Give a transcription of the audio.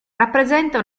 rappresenta